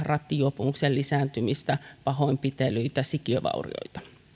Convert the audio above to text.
rattijuopumuksen lisääntymisestä pahoinpitelyistä sikiövaurioista